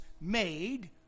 made